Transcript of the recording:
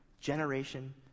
generation